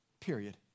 period